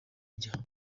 ijya